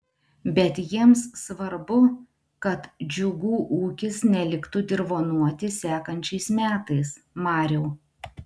bet jiems svarbu kad džiugų ūkis neliktų dirvonuoti sekančiais metais mariau